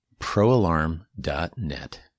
ProAlarm.net